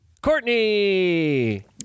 Courtney